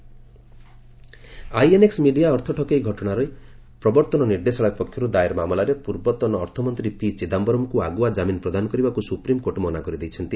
SC Chidambaram INX media ଅର୍ଥ ଠକେଇ ଘଟଣାରେ ପ୍ରବର୍ତ୍ତନ ନିର୍ଦ୍ଦେଶାଳୟ ପକ୍ଷରୁ ଦାଏର ମାମଲାରେ ପୂର୍ବତନ ଅର୍ଥମନ୍ତ୍ରୀ ପି ଚିଦାୟରମ୍ଙ୍କୁ ଆଗୁଆ ଜାମିନ୍ ପ୍ରଦାନ କରିବାକୁ ସୁପ୍ରିମ୍କୋର୍ଟ ମନା କରିଦେଇଛନ୍ତି